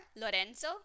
Lorenzo